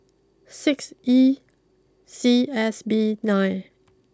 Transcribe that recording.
six E C S B nine